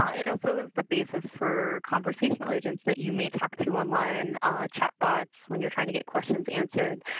ah it also is the basis for conversational agents. that you may talk to online chat bots. when you're trying to get questions answered,